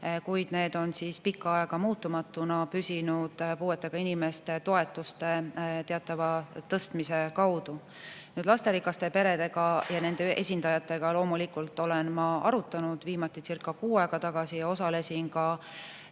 kuid need on pikka aega muutumatuna püsinud puuetega inimeste toetuste teatava tõstmise kaudu. Lasterikaste peredega ja nende esindajatega loomulikult olen ma arutanud, viimaticircakuu aega tagasi. Osalesin ka